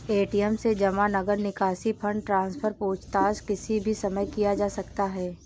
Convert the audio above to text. ATM से जमा, नकद निकासी, फण्ड ट्रान्सफर, पूछताछ किसी भी समय किया जा सकता है